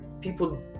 people